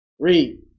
Read